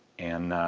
and